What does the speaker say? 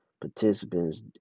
participants